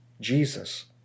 Jesus